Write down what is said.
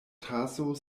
taso